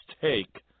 take